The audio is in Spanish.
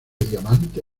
diamante